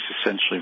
essentially